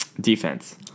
Defense